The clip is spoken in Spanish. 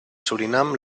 surinam